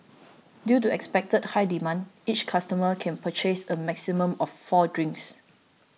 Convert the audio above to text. due to expected high demand each customer can purchase a maximum of four drinks